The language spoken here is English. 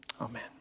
Amen